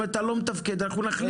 אם אתה לא מתפקד - אנחנו נחליף אותך.